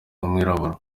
umwirabura